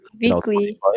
Weekly